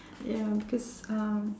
ya because um